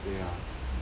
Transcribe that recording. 对啊